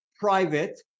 private